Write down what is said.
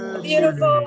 Beautiful